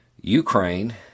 ukraine